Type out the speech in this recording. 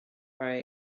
very